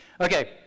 okay